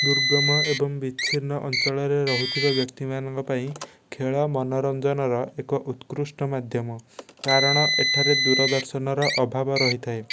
ଦୁର୍ଗମ ଏବଂ ବିଚ୍ଛିନ୍ନ ଅଞ୍ଚଳରେ ରହୁଥିବା ବ୍ୟକ୍ତିମାନଙ୍କ ପାଇଁ ଖେଳ ମନୋରଞ୍ଜନର ଏକ ଉକୃଷ୍ଟ ମାଧମ କାରଣ ଏଠାରେ ଦୂରଦର୍ଶନର ଅଭାବ ରହିଥାଏ